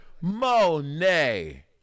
Monet